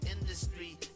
industry